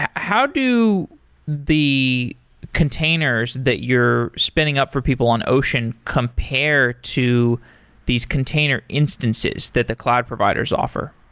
how do the containers that you're spinning up for people on ocean compare to these container instances that the cloud providers offer?